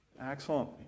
Excellent